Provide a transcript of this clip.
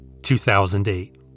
2008